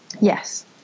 Yes